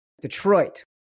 Detroit